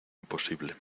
imposible